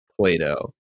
Plato